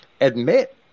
admit